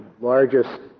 largest